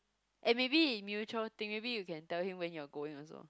and maybe it mutual thing maybe you can tell him when you're going also